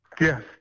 Yes